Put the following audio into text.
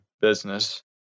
business